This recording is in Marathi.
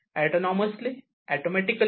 autonomously automatically